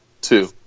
two